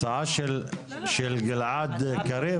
הצעה של גלעד קריב?